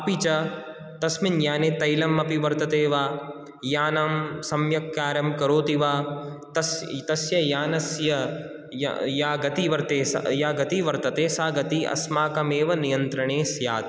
अपि च तस्मिन् याने तैलं अपि वर्तते वा यानं सम्यक् कार्यं करोति वा तस् तस्य यानस्य या या गति वर्ते या गति वर्तते सा गति अस्माकम् एव नियन्त्रणे स्यात्